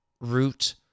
Root